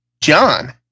John